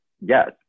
yes